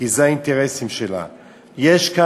כי אלה האינטרסים שלה.